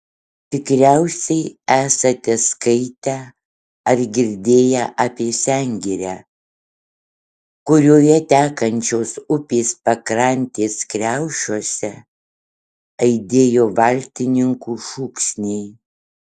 tikriausiai esate skaitę ar girdėję apie sengirę kurioje tekančios upės pakrantės kriaušiuose aidėjo valtininkų šūksniai